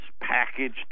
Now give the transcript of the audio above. package